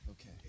Okay